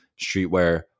streetwear